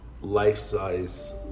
life-size